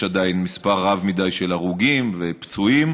יש עדיין מספר רב מדי של הרוגים ופצועים,